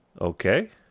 Okay